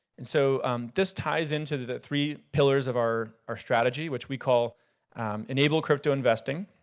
and so this ties into the three pillars of our our strategy, which we call enable crypto investing,